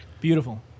beautiful